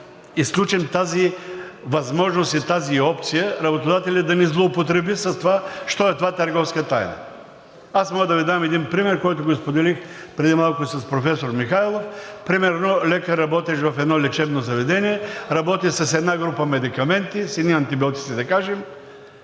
изключим тази възможност и тази опция работодателят да не злоупотреби с това що е това търговска тайна. Аз мога да Ви дам един пример, който споделих преди малко с професор Михайлов. Примерно лекар, работещ в едно лечебно заведение, работи с една група медикаменти, с едни антибиотици, да кажем,